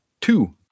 two